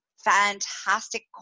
Fantastic